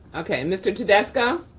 okay, mr. tedesco.